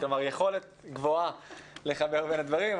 כלומר יכולת גבוהה לחבר בין הדברים,